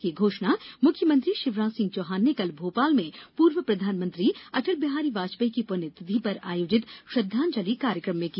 यह घोषणा मुख्यमंत्री शिवराज सिंह चौहान ने कल भोपाल में पूर्व प्रधानमंत्री अटल बिहारी वाजपेई की प्ण्यतिथि पर आयोजित श्रद्धांजलि कार्यक्रम में की